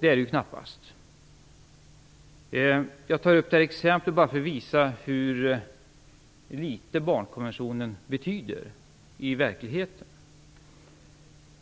Det är det knappast här. Jag tar upp det här exemplet bara för att visa hur litet barnkonventionen betyder i verkligheten.